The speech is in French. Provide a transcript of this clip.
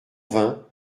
vingt